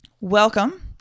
welcome